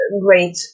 great